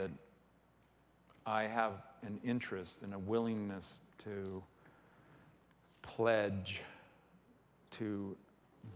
that i have an interest in a willingness to pledge to